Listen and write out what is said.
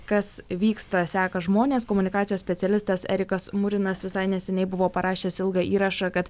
kas vyksta seka žmonės komunikacijos specialistas erikas murinas visai neseniai buvo parašęs ilgą įrašą kad